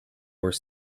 were